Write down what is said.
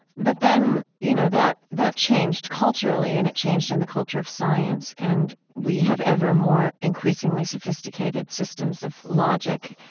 but then you know that that changed culturally and it changed in the culture of science and we have evermore increasingly sophisticated systems of logic.